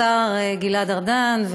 השר גלעד ארדן,